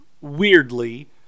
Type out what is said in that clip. weirdly